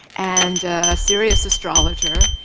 and a serious astrologer,